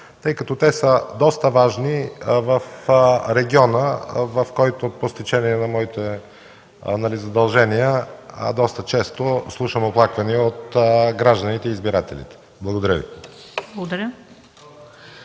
тъй като те са доста важни в региона, в който по стечение на моите задължения доста често слушам оплаквания от гражданите и избирателите. Благодаря.